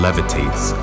Levitates